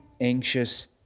anxious